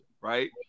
right